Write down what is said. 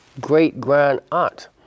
great-grand-aunt